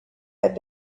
had